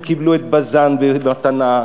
הם קיבלו את "בזן" במתנה.